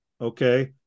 okay